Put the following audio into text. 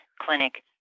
clinic